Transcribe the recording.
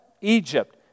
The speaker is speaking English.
Egypt